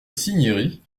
cinieri